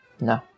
no